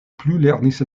plulernis